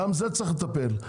גם בזה צריך לטפל.